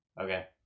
Okay